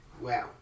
Wow